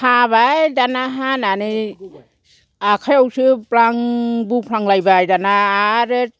हाबाय दाना हानानै आखायावसो ब्लां बौफ्लांलायबाय दाना आरो